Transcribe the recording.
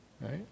Right